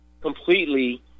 completely